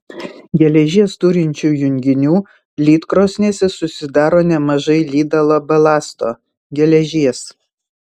geležies turinčių junginių lydkrosnėse susidaro nemažai lydalo balasto geležies